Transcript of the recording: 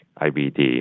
IBD